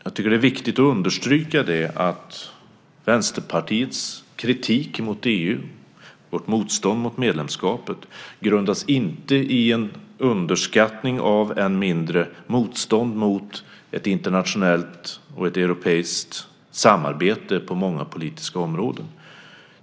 Jag tycker att det är viktigt att understryka att Vänsterpartiets kritik mot EU - vårt motstånd mot medlemskapet - inte grundas på en underskattning av, och än mindre på ett motstånd mot, ett internationellt och europeiskt samarbete på många politiska områden.